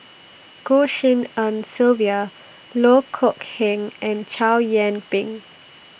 Goh Tshin En Sylvia Loh Kok Heng and Chow Yian Ping